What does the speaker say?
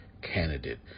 candidate